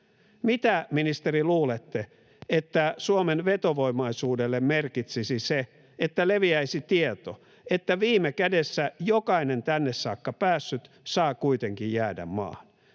Mitä, ministeri, luulette, että Suomen vetovoimaisuudelle merkitsisi se, että leviäisi tieto, että viime kädessä jokainen tänne saakka päässyt saa kuitenkin jäädä maahan?